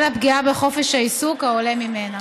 על הפגיעה בחופש העיסוק העולה ממנה.